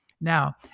Now